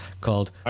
called